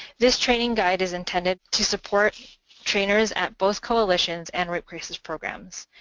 this training guide is intended to support trainers at both coalitions and rape crisis programs.